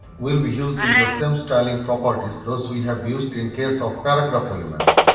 will be using the same styling properties those we have used in case of paragraph elements.